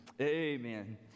Amen